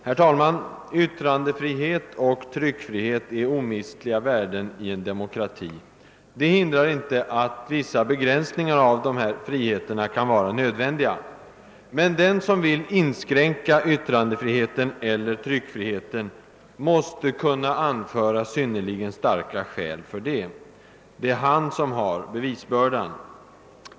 Herr talman! Yttrandefrihet och tryckfrihet är omistliga värden i en demokrati. Det hindrar inte att vissa begränsningar av dessa friheter kan vara nödvändiga. Men den som vill inskränka yttrandefriheten eller tryckfriheten måste kunna anföra synnerligen starka skäl för det — det är han som har bevisbördan.